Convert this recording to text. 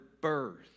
birth